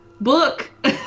book